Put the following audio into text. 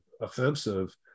offensive